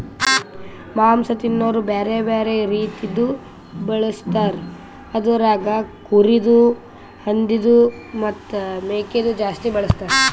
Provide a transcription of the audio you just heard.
ಮಾಂಸ ತಿನೋರು ಬ್ಯಾರೆ ಬ್ಯಾರೆ ರೀತಿದು ಬಳಸ್ತಾರ್ ಅದುರಾಗ್ ಕುರಿದು, ಹಂದಿದು ಮತ್ತ್ ಮೇಕೆದು ಜಾಸ್ತಿ ಬಳಸ್ತಾರ್